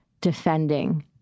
defending